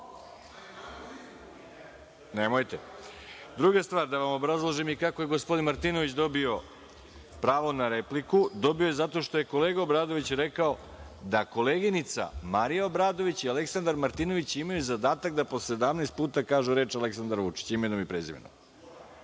stvar, da vam obrazložim i kako je gospodin Martinović dobio pravo na repliku. Dobio je zato što je kolega Obradović rekao da koleginica Marija Obradović i Aleksandar Martinović imaju zadatak da po 17 puta kažu reč „Aleksandar Vučić“, imenom i prezimenom.